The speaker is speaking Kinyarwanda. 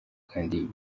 kandi